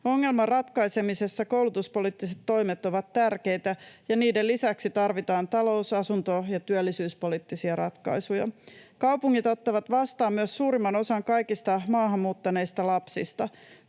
Ongelman ratkaisemisessa koulutuspoliittiset toimet ovat tärkeitä, ja niiden lisäksi tarvitaan talous-, asunto- ja työllisyyspoliittisia ratkaisuja. Kaupungit ottavat vastaan myös suurimman osan kaikista maahan muuttaneista lapsista.